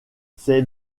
c’est